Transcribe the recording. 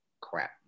crap